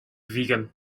vegan